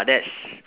that's